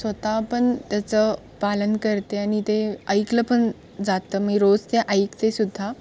स्वतः पण त्याचं पालन करते आणि ते ऐकलं पण जातं मी रोज ते ऐकतेसुद्धा